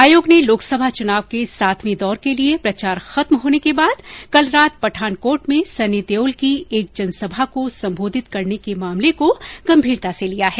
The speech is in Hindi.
आयोग ने लोकसभा चुनाव के सातवें दौर के लिए प्रचार खत्म होने के बाद कल रात पठानकोट में सनी देओल की एक जनसभा को संबोधित करने के मामले को गंभीरता से लिया है